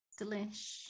delish